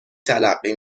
تلقی